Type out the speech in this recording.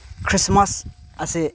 Christmas ꯑꯁꯦ